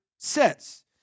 sets